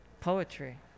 poetry